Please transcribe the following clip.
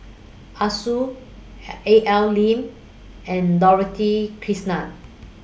Arasu A L Lim and Dorothy Krishnan